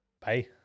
Bye